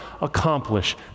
accomplish